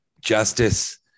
Justice